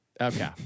Okay